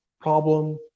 problem